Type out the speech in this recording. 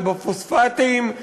ובפוספטים,